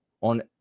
on